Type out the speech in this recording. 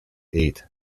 eight